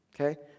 Okay